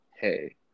hey